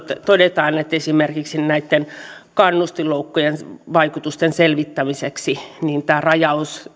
todetaan että esimerkiksi näitten kannustinloukkujen vaikutusten selvittämiseksi tämä rajaus